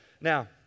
Now